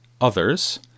others